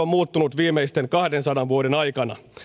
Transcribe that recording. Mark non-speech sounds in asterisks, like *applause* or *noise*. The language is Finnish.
*unintelligible* on muuttunut viimeisten kahdensadan vuoden aikana